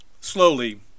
slowly